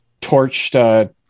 torched